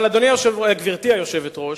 אבל, גברתי היושבת-ראש,